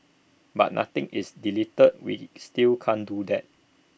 but nothing is deleted we still can't do that